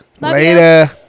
Later